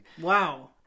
Wow